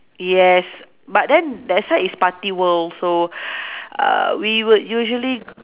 yes but then that side is party world so uh we would usually